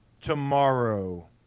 tomorrow